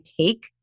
take